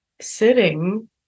sitting